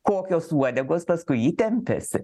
kokios uodegos paskui jį tempiasi